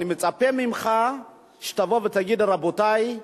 אני מצפה ממך שתבוא ותגיד: רבותי,